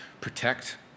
protect